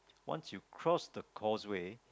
once you cross the cause way